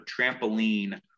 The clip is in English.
trampoline